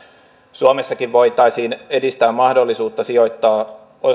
suomessakin voitaisiin edistää mahdollisuutta sijoittaa